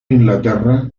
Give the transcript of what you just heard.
inglaterra